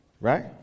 Right